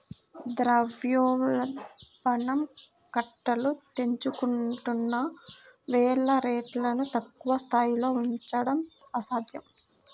ద్రవ్యోల్బణం కట్టలు తెంచుకుంటున్న వేళ రేట్లను తక్కువ స్థాయిలో ఉంచడం అసాధ్యం